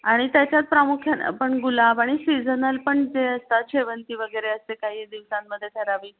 आणि त्याच्यात प्रामुख्याने आपण गुलाब आणि सिझनल पण जे असतात शेवंती वगैरे असते काही दिवसांमध्ये ठराविक